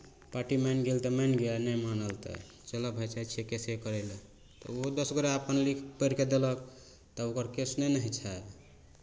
party मानि गेल तऽ मानि गेल नहि मानल तऽ चलह भाय जाइ छियै केसे करय लए तऽ ओहो दस गोटए अपन लिखि पढ़ि कऽ देलक तऽ ओकर केस नहि ने होइ छै